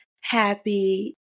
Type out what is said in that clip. happy